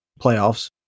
playoffs